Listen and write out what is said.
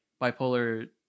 bipolar